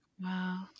Wow